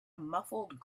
muffled